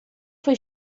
foi